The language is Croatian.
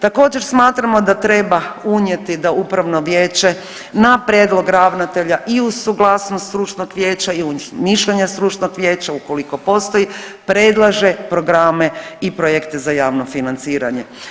Također, smatramo da treba unijeti da upravno vijeće na prijedlog ravnatelja i uz suglasnost stručnog vijeća i mišljenja stručnog vijeća, ukoliko postoji, predlaže programe i projekte za javno financiranje.